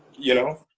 you know?